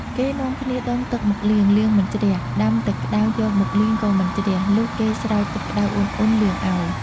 គេនាំគ្នាដងទឹកមកលាង លាងមិនជ្រះ ដាំទឹកក្ដៅយកមកលាងក៏មិនជ្រះ លុះគេ ស្រោចទឹកក្ដៅអ៊ុនៗលាងឱ្យ។